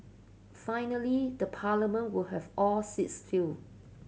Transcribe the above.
finally the Parliament will have all seats filled